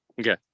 Okay